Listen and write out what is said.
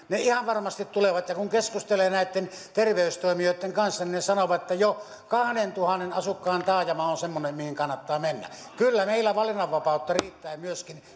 ne ihan varmasti tulevat kun keskustelee näitten terveystoimijoitten kanssa ne sanovat että jo kahteentuhanteen asukkaan taajama on on semmoinen mihin kannattaa mennä kyllä meillä valinnanvapautta riittää myöskin